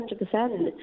100%